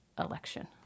election